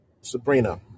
Sabrina